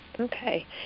Okay